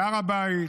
בהר הבית,